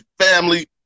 family